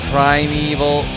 Primeval